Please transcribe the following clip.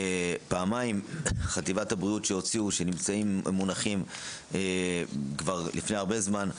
פעמיים חטיבת הבריאות שמונחים כבר לפני הרבה זמן,